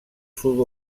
sud